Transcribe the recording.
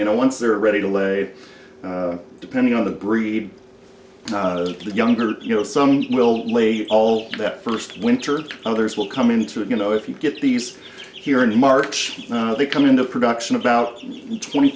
you know once they're ready to lay depending on the greed of the younger you know someone will lay all that first winter and others will come into it you know if you get these here in march no they come into production about twenty